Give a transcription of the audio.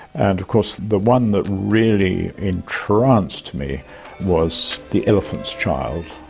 and of course the one that really entranced me was the elephant's child,